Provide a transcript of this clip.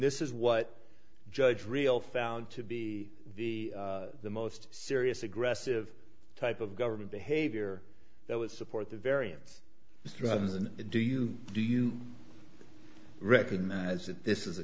this is what judge real found to be the most serious aggressive type of government behavior that would support the variance is rather than do you do you recognize that this